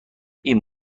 این